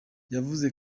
yavuze